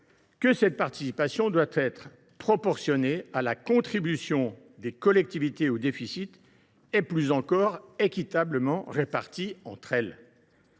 que cette participation doit être proportionnée à la contribution des collectivités au déficit et, plus encore, qu’elle doit être équitablement répartie entre elles.